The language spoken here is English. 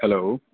hello